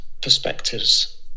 perspectives